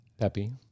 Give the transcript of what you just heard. Pepe